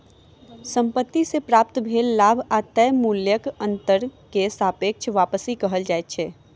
संपत्ति से प्राप्त भेल लाभ आ तय मूल्यक अंतर के सापेक्ष वापसी कहल जाइत अछि